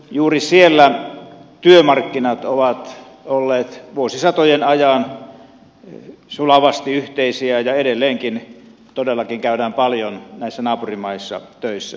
juuri siellä työmarkkinat ovat olleet vuosisatojen ajan sulavasti yhteisiä ja edelleenkin todellakin käydään paljon näissä naapurimaissa töissä